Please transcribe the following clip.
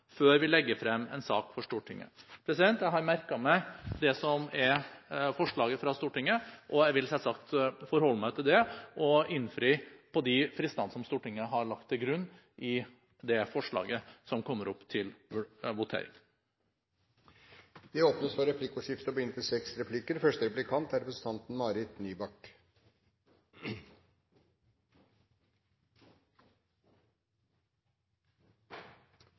før vi legger frem en sak for Stortinget. Jeg har merket meg det som er forslaget fra Stortinget, og jeg vil selvsagt forholde meg til det og innfri på de fristene som Stortinget har lagt til grunn i det forslaget som kommer opp til votering. Det blir replikkordskifte.